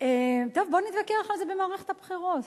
טוב, בוא נתווכח על זה במערכת הבחירות.